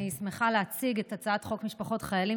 אני שמחה להציג את הצעת חוק משפחות חיילים